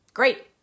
Great